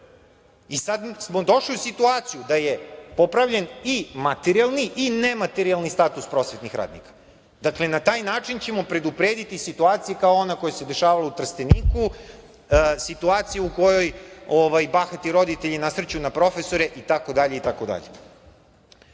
Sad smo došli u situaciju da je popravljen i materijalni i nematerijalni status prosvetnih radnika. Na taj način ćemo preduprediti situacije kao ona koja se dešavala u Trsteniku, u kojoj bahati roditelji nasrću na profesore, itd.